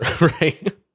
Right